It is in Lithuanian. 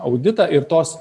auditą ir tos